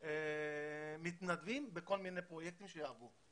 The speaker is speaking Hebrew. פרויקטים קטנים של יהודים למען יהודים בכל דרום אמריקה,